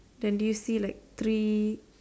then do you see like three